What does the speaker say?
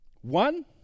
One